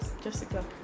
Jessica